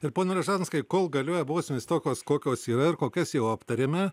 ir pone ražanskai kol galioja bausmės tokios kokios yra ir kokias jau aptarėme